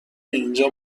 اینجا